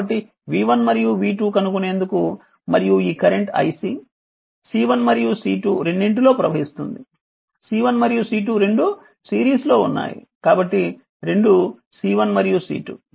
కాబట్టి v1 మరియు v2 కనుగొనేందుకు మరియు ఈ కరెంట్ iC C1 మరియు C2 రెండింటిలో ప్రవహిస్తుంది C1 మరియు C2 రెండు సిరీస్లో ఉన్నాయి కాబట్టి రెండు C1 మరియు C2